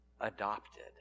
adopted